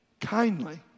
kindly